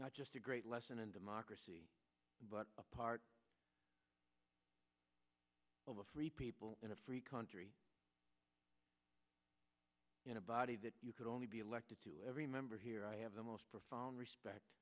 not just a great lesson in democracy but part of a free people in a free country in a body that you could only be elected to every member here i have the most profound respect